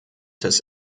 des